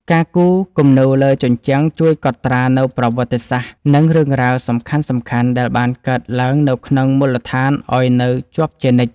ការគូរគំនូរលើជញ្ជាំងជួយកត់ត្រានូវប្រវត្តិសាស្ត្រ និងរឿងរ៉ាវសំខាន់ៗដែលបានកើតឡើងនៅក្នុងមូលដ្ឋានឱ្យនៅជាប់ជានិច្ច។